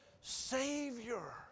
Savior